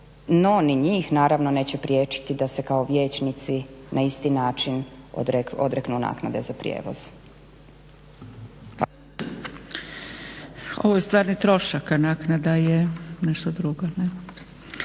no ni njih naravno neće priječiti da se kao vijećnici na isti način odreknu naknade za prijevoz. **Zgrebec, Dragica (SDP)** Ovo je stvarni trošak, a naknada je nešto drugo.